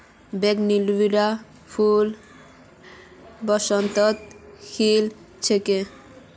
बोगनवेलियार फूल बसंतत खिल छेक